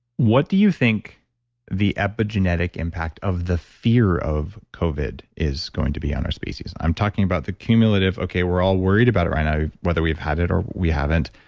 what do you think the epigenetic impact of the fear of covid is going to be on our species? i'm talking about the cumulative. we're all worried about it right now whether we've had it or we haven't,